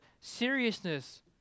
seriousness